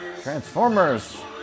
Transformers